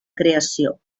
creació